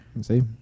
See